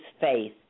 faith